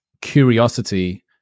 curiosity